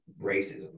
racism